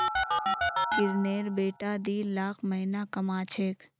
किरनेर बेटा दी लाख महीना कमा छेक